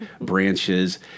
branches